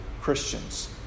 Christians